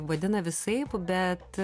vadina visaip bet